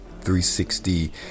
360